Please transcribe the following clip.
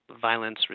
violence